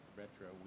retro